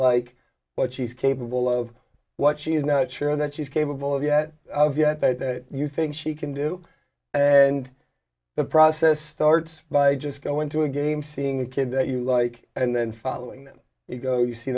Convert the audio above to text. like what she's capable of what she's not sure that she's capable of yet yet that you think she can do and the process starts by just going to a game seeing the kid that you like and then following that you go you see